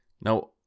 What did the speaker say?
Now